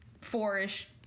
four-ish